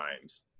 times